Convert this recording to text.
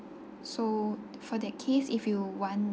so for the kids if you want